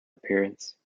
appearance